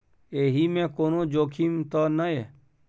एहि मे कोनो जोखिम त नय?